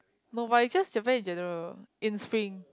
no but is just Japan in general in spring